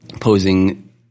posing